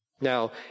Now